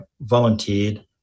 volunteered